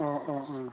অ অ অ